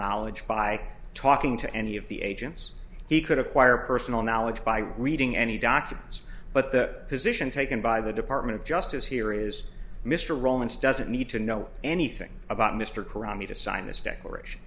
knowledge by talking to any of the agents he could acquire personal knowledge by reading any documents but the position taken by the department of justice here is mr rowland's doesn't need to know anything about mr karami to sign this declaration